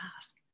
ask